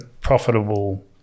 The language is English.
profitable